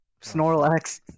Snorlax